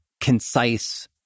concise